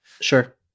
Sure